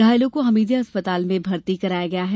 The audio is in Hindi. घायलों को हमीदिया अस्पताल में भर्ती कराया गया है